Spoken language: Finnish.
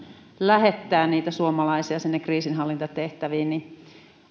lähettää niitä suomalaisia sinne kriisinhallintatehtäviin niin